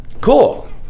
Cool